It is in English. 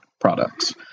products